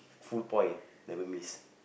full point never miss